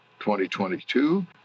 2022